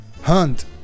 Hunt